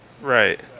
Right